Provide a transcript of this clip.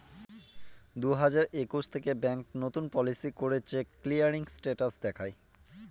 দুই হাজার একুশ থেকে ব্যাঙ্ক নতুন পলিসি করে চেক ক্লিয়ারিং স্টেটাস দেখায়